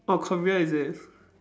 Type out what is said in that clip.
oh career is it